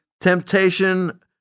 temptation